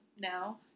now